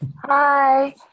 Hi